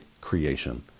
creation